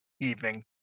evening